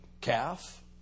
calf